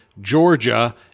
Georgia